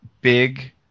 big